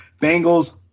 Bengals